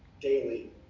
daily